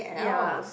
ya